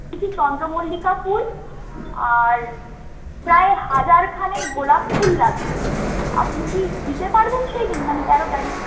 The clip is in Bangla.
কিছু চন্দ্রমল্লিকা ফুল আর প্রায় হাজার খানেক গোলাপ ফুল লাগবে আপনি কি দিতে পারবেন সেইদিন মানে তেরো তারিখ